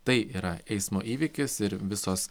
tai yra eismo įvykis ir visos